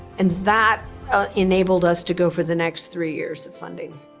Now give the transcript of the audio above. and that enabled us to go for the next three years of funding.